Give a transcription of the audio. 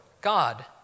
God